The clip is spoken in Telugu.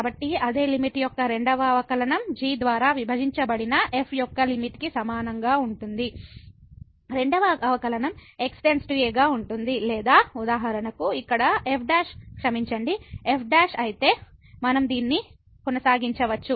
కాబట్టి అదే లిమిట్ యొక్క రెండవ అవకలనం g ద్వారా విభజించబడిన f యొక్క లిమిట్ కి సమానంగా ఉంటుంది రెండవ అవకలనం x → a గా ఉంటుంది లేదా ఉదాహరణకు ఇక్కడ f క్షమించండి f అయితే మనం దీన్ని కొనసాగించవచ్చు